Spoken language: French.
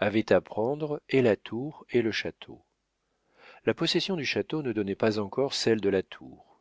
avait à prendre et la tour et le château la possession du château ne donnait pas encore celle de la tour